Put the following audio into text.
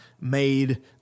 made